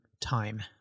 time